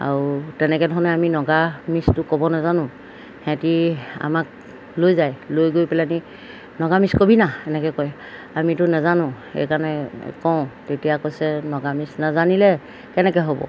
আৰু তেনেকৈ ধৰণে আমি নাগামিজটো ক'ব নাজানো হেঁতি আমাক লৈ যায় লৈ গৈ পেলাহেনি নাগামিজ কবি না এনেকৈ কয় আমিতো নাজানো সেইকাৰণে কওঁ তেতিয়া কৈছে নাগামিজ নাজানিলে কেনেকৈ হ'ব